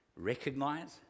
recognize